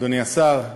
אדוני השר,